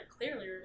clearly